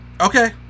Okay